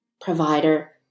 provider